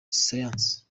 siyansi